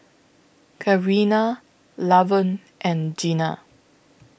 Karina Lavon and Gina